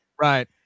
Right